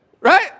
right